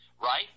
right